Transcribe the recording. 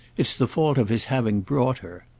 it's the fault of his having brought her.